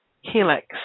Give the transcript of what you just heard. helix